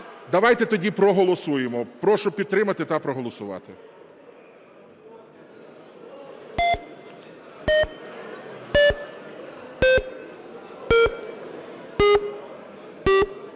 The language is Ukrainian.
Давайте тоді проголосуємо. Прошу підтримати та проголосувати.